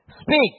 speak